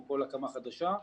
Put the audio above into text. כל הקמה חדשה.